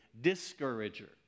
discourager